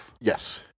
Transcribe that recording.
Yes